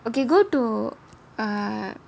okay go to um